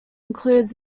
includes